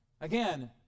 Again